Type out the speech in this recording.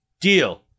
Deal